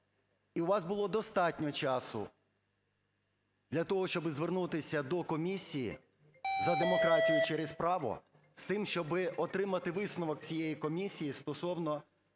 і у вас було достатньо часу для того, щоби звернутися до Комісії за демократію через право з тим, щоби отримати висновок цієї комісії стосовно